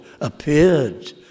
appeared